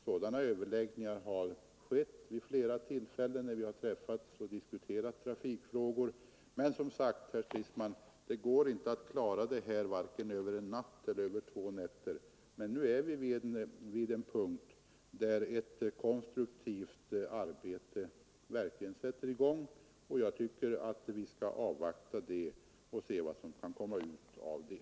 Sådana överläggningar har vi emellertid haft vid flera tillfällen när vi har diskuterat trafikfrågor. Det går alltså inte att klara över varken en eller två nätter, men nu är vi vid en punkt där ett konstruktivt arbete kan sättas i gång. Jag tycker att vi skall avvakta och se vad som kommer ut av det.